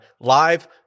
live